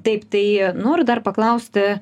taip tai noriu dar paklausti